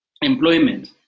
employment